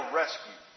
rescue